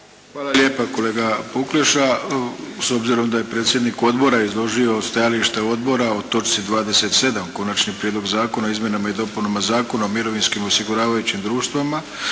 Hvala lijepa kolega Pukleša. S obzirom da je predsjednik odbora izložio stajalište odbora o točci 27. Konačni prijedlog Zakona o izmjenama i dopunama o mirovinskim osiguravajućim društvima,